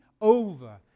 over